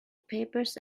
papers